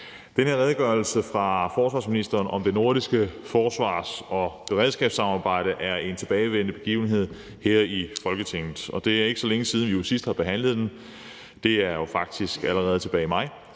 Den her redegørelse fra forsvarsministeren om det nordiske forsvars- og beredskabssamarbejde er en tilbagevendende begivenhed her i Folketinget, og det er ikke så længe siden, vi sidst har behandlet den. Det var faktisk tilbage i maj,